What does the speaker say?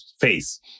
face